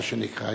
מה שנקרא.